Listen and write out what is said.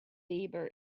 bieber